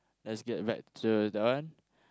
let's get back to that one